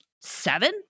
seven